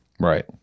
Right